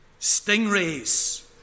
stingrays